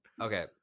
Okay